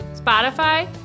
Spotify